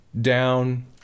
down